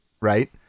Right